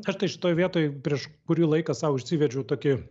aš tai šitoj vietoj prieš kurį laiką sau įsivedžiau tokį